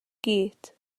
gyd